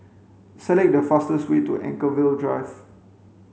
select the fastest way to Anchorvale Drive